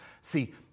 See